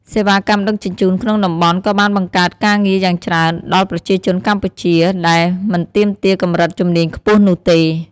សេវាកម្មដឹកជញ្ជូនក្នុងតំបន់ក៏បានបង្កើតការងារយ៉ាងច្រើនដល់ប្រជាជនកម្ពុជា ដែលមិនទាមទារកម្រិតជំនាញខ្ពស់នោះទេ។